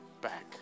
back